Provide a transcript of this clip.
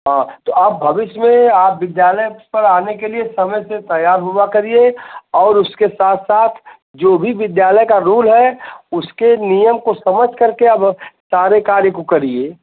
हाँ तो आप भविष्य में आप विद्यालय पर आने के लिए समय से तैयार हुआ करिए और उसके साथ साथ जो भी विद्यालय का रूल है उसके नियम को समझ करके अब सारे कार्य को करिए